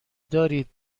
دارید